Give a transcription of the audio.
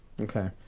Okay